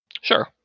Sure